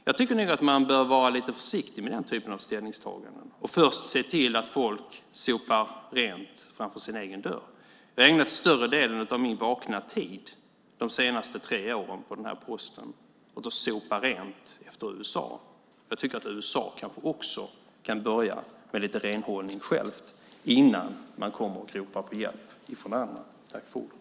Jag tycker nog att man bör vara lite försiktig med den typen av ställningstaganden och först se till att folk sopar rent framför egen dörr. Jag har ägnat större delen av min vakna tid de senaste tre åren på den här posten åt att sopa rent efter USA. Jag tycker att USA kanske också kan börja med lite renhållning självt innan man kommer och ropar på hjälp från andra.